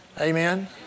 Amen